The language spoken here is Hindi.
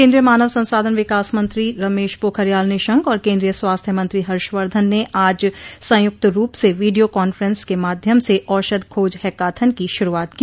केन्द्रीय मानव संसाधन विकास मंत्री रमेश पोखरियाल निशंक और केन्द्रीय स्वास्थ्य मंत्री हर्षवर्धन ने आज संयुक्त रूप से वीडियो कांफ्रेंस के माध्यम से औषध खोज हैकाथन की शुरूआत की